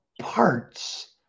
parts